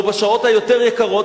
או בשעות היותר-יקרות,